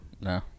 No